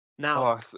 now